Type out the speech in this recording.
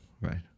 right